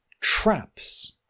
traps